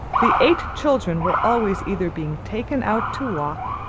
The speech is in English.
the eight children were always either being taken out to walk,